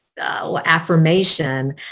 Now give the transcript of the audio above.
affirmation